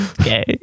okay